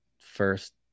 first